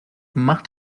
macht